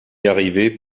arrivait